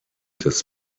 des